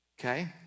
Okay